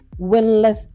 winless